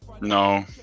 No